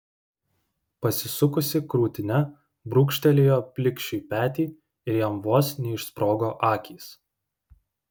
pasisukusi krūtine brūkštelėjo plikšiui petį ir jam vos neišsprogo akys